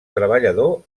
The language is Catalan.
treballador